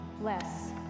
less